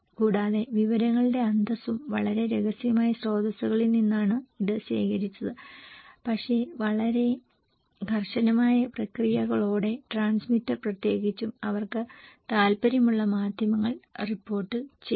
കൂടാതെ വിവരങ്ങളുടെ അന്തസ്സും വളരെ രഹസ്യമായ സ്രോതസ്സുകളിൽ നിന്നാണ് ഇത് ശേഖരിച്ചത് പക്ഷേ വളരെ കർശനമായ പ്രക്രിയകളോടെ ട്രാൻസ്മിറ്റർ പ്രത്യേകിച്ചും അവർക്ക് താൽപ്പര്യമുള്ള മാധ്യമങ്ങൾ റിപ്പോർട്ട് ചെയ്യും